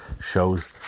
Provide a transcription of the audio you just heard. shows